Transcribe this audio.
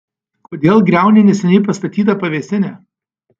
kodėl griauni neseniai pastatytą pavėsinę